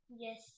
Yes